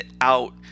out